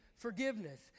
Forgiveness